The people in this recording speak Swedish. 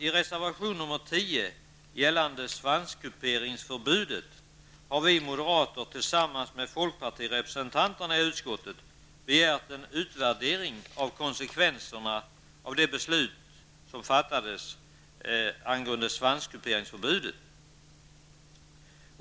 I reservation nr 10 gällande svanskuperingsförbudet har vi moderater tillsammans med folkpartirepresentanterna i utskottet begärt en utvärdering av konsekvenserna av beslutet angående svanskuperingsförbudet.